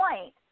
point